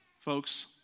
folks